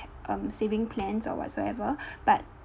um saving plans or whatsoever but